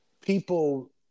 people